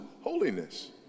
holiness